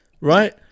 right